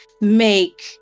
make